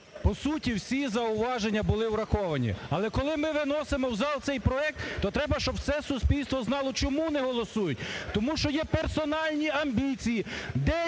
По суті, всі зауваження були враховані. Але коли ми виносимо в зал цей проект, то треба, щоб все суспільство знало, чому не голосують, тому що є персональні амбіції